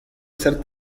ser